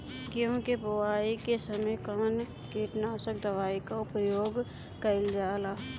गेहूं के बोआई के समय कवन किटनाशक दवाई का प्रयोग कइल जा ला?